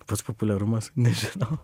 pats populiarumas nežinau